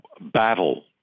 battle